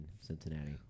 Cincinnati